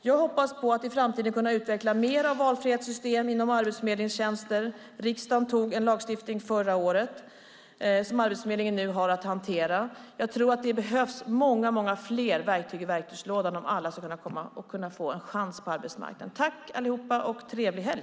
Jag hoppas på att i framtiden kunna utveckla mer av valfrihetssystem inom Arbetsförmedlingens tjänster. Riksdagen antog en lagstiftning förra året som Arbetsförmedlingen nu har att hantera. Det behövs många fler verktyg i verktygslådan om alla ska kunna få en chans på arbetsmarknaden. Tack alla, och trevlig helg!